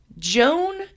Joan